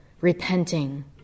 repenting